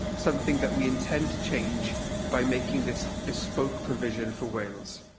something that we intend to change by making this bespoke provision for wales.